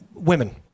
women